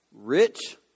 Rich